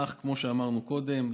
אך כמו שאמרנו קודם,